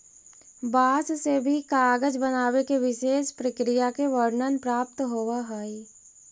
बाँस से भी कागज बनावे के विशेष प्रक्रिया के वर्णन प्राप्त होवऽ हई